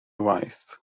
waith